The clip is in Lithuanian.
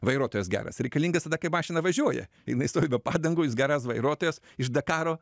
vairuotojas geras reikalingas tada kai mašina važiuoja jinai stovi be padangų jis geras vairuotojas iš dakaro